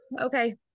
Okay